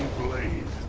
believe